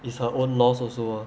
it's her own loss also